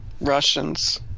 Russians